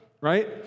right